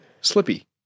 Slippy